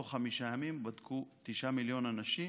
תוך חמישה ימים בדקו תשעה מיליון אנשים,